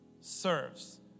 serves